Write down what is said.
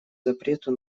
запрету